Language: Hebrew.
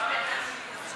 כשראיתי שלחצתי שם.